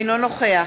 אינו נוכח